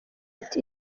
ati